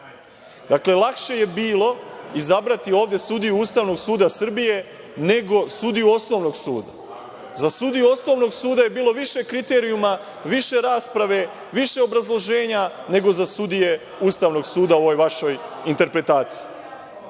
SNS?Dakle, lakše je bilo izabrati ovde sudiju Ustavnog suda Srbije, nego sudiju osnovnog suda. Za sudiju osnovnog suda je bilo više kriterijuma, više rasprave, više obrazloženja nego za sudije Ustavnog suda u ovoj vašoj interpretaciji. Naravno